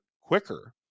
quicker